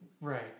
Right